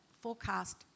forecast